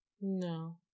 No